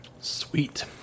Sweet